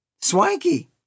Swanky